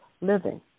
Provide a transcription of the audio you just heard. Living